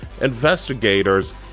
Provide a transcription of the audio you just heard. investigators